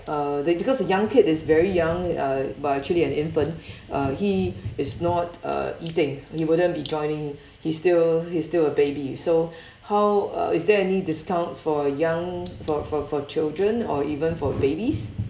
uh they because the young kid is very young uh but actually an infant uh he is not uh eating he wouldn't be joining he's still he's still a baby so how uh is there any discounts for young for for for children or even for babies